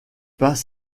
pas